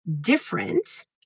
different